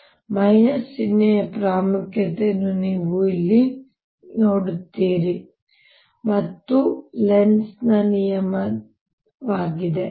ಆದ್ದರಿಂದ ಆ ಚಿಹ್ನೆ ಪ್ರಾಮುಖ್ಯತೆಯನ್ನು ನೀವು ಇಲ್ಲಿ ನೋಡುತ್ತೀರಿ ಮತ್ತು ಅದು ಲೆನ್ಜ್ನ ನಿಯಮದ ಹೇಳಿಕೆಯಾಗಿದೆ